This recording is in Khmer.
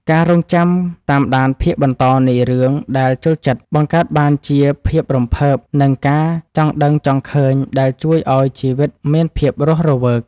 ការរង់ចាំតាមដានភាគបន្តនៃរឿងដែលចូលចិត្តបង្កើតបានជាភាពរំភើបនិងការចង់ដឹងចង់ឃើញដែលជួយឱ្យជីវិតមានភាពរស់រវើក។